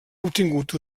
obtingut